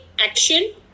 action